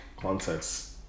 context